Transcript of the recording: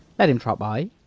let him trot by.